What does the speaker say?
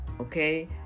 okay